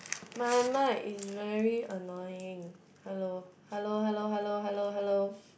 my mic is very annoying hello hello hello hello hello hello